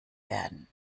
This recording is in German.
werden